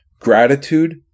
gratitude